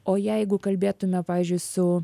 o jeigu kalbėtume pavyzdžiui su